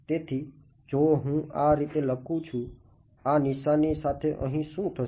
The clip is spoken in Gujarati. તેથી જો હુ આ રીતે લખું છું આ નિશાની સાથે અહી શું થશે